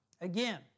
Again